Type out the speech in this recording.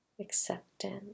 acceptance